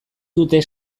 dute